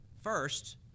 First